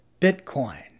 Bitcoin